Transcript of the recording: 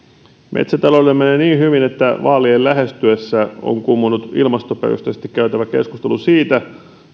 metsätaloudella menee niin hyvin että vaalien lähestyessä on kummunnut ilmastoperusteisesti käytävä keskustelu siitä